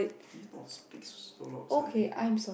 can you not speak so loud suddenly